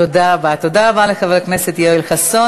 תודה רבה לחבר הכנסת יואל חסון.